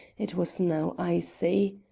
it was now icy.